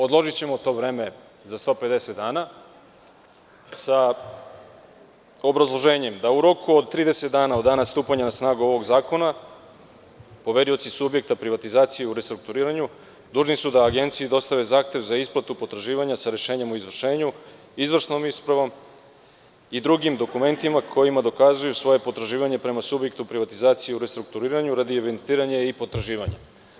Odložićemo to vreme za 150 dana sa obrazloženjem da u roku od 30 dana od dana stupanja na snagu ovog zakona poverioci subjekta privatizacije u restrukturiranju dužni su da Agenciji dostave zahtev za isplatu potraživanja sa rešenjem o izvršenju, izvršnom ispravom i drugim dokumentima kojima dokazuju svoja potraživanja prema subjektu privatizacije u restrukturiranju radi evidentiranja i potraživanja.